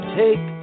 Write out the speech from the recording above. take